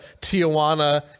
Tijuana